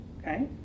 Okay